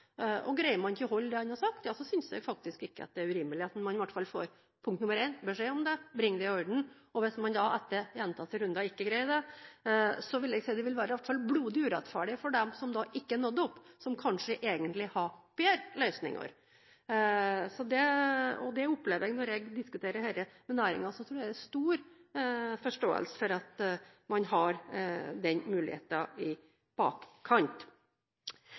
på. Greier man ikke å holde det man har sagt, synes jeg faktisk ikke det er urimelig at man i hvert fall får beskjed om det og bringer det i orden. Hvis man da etter gjentatte runder ikke greier det, så vil det være blodig urettferdig for dem som ikke nådde opp – som kanskje egentlig hadde bedre løsninger. Når jeg diskuterer dette med næringen, opplever jeg at det er stor forståelse for at man har denne muligheten i bakkant.